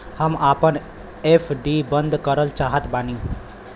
हम आपन एफ.डी बंद करल चाहत बानी